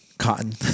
cotton